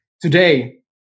today